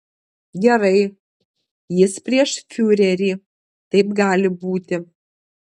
gerai jis prieš fiurerį taip gali būti